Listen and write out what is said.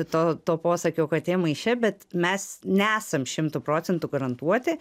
to to posakio katė maiše bet mes nesam šimtu procentų garantuoti